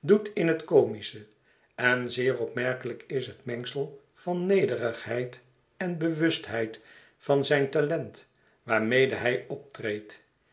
doet in het comische en zeer opmerkelijk ishetmengsel van nederigheid en bewustheid van zijn talent waarmede hij optreedt